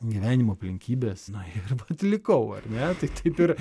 gyvenimo aplinkybės na ir vat likau ar ne tai taip ir